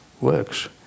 works